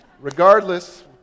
Regardless